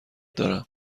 دارم